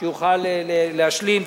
להשלים.